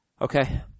Okay